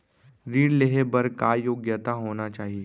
ऋण लेहे बर का योग्यता होना चाही?